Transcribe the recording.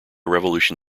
revolution